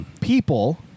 people